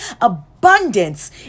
abundance